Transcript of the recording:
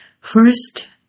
First